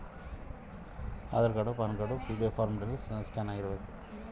ನಾವು ಆನ್ಲೈನ್ ಮೂಲಕ account open ಮಾಡಬೇಂಕದ್ರ ಏನು ಕೊಡಬೇಕು?